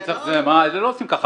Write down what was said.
וכו'.